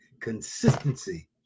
consistency